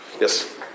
yes